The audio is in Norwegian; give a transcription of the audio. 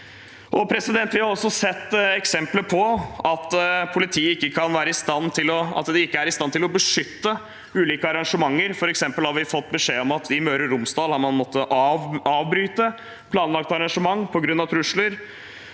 Vi har også sett eksempler på at politiet ikke er i stand til å beskytte ulike arrangementer. For eksempel har vi fått beskjed om at man i Møre og Romsdal har måttet avbryte et planlagt arrangement på grunn av trusler.